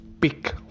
pick